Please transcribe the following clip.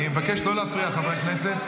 אני מבקש לא להפריע, חברי הכנסת.